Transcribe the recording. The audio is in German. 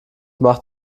macht